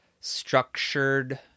structured